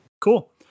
Cool